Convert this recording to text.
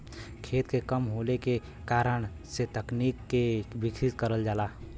खेत के कम होले के कारण से तकनीक के विकसित करल जाला